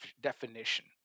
definition